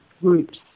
groups